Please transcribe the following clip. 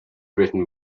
written